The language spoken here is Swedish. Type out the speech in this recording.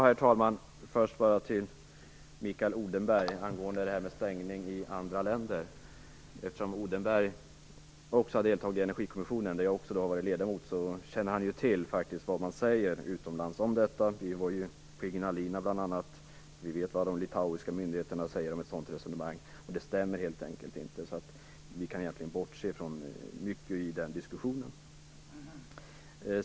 Herr talman! Angående detta med avstängning i andra länder vill jag först vända mig till Mikael Odenberg. Eftersom Mikael Odenberg har deltagit i Energikommissionen där också jag har varit ledamot känner han ju till det som sägs utomlands om detta. Vi vet vad de litauiska myndigheterna säger om ett sådant resonemang när det t.ex. gäller Ignalina. Så vi kan helt enkelt bortse från mycket i den diskussionen.